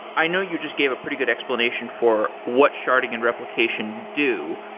i know you just gave a pretty good explanation for what sharding and replication do,